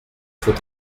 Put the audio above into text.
faut